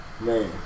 Man